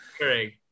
correct